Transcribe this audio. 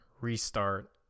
restart